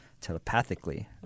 telepathically